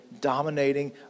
dominating